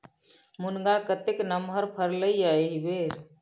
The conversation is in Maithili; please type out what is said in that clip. मुनगा कतेक नमहर फरलै ये एहिबेर